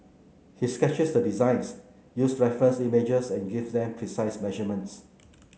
he sketches the designs uses reference images and give them precise measurements